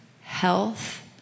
health